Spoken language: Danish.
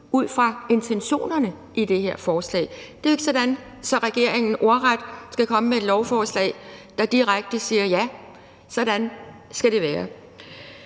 ud fra intentionerne i det her forslag. Det er jo ikke sådan, at regeringen ordret skal komme med et lovforslag, der direkte siger: Ja, sådan skal det være!